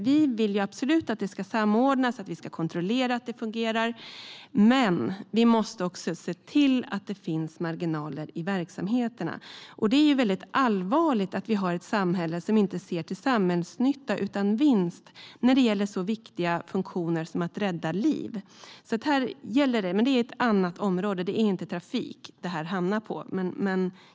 Vi vill absolut att detta ska samordnas och att det ska kontrolleras att det fungerar, men vi måste också se till att det finns marginaler i verksamheterna. Det är allvarligt att vi har ett samhälle som inte ser till samhällsnytta utan till vinst när det gäller så viktiga funktioner som att rädda liv. Detta är dock ett annat område; det är inte trafik det här handlar om.